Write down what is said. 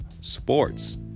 sports